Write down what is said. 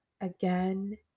again